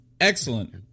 Excellent